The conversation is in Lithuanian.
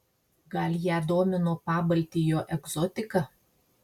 gal ją domino pabaltijo egzotika